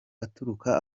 aturuka